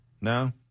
No